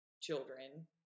children